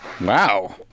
Wow